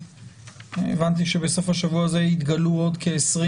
הבנתי שבסוף השבוע הזה התגלו עוד כ-20